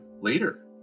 later